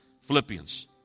Philippians